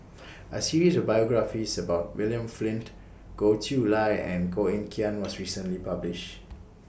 A series of biographies about William Flint Goh Chiew Lye and Koh Eng Kian was recently published